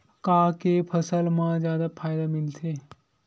का के फसल मा जादा फ़ायदा मिलथे?